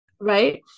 right